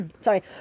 Sorry